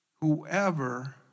whoever